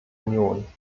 union